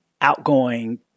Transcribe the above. outgoing